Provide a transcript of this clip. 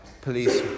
police